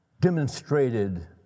demonstrated